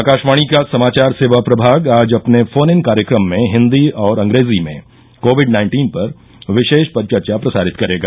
आकाशवाणी का समाचार सेवा प्रभाग आज अपने फोन इन कार्यक्रम में हिंदी और अंग्रेजी में कोविड नाइन्टीन पर विशेष परिचर्चा प्रसारित करेगा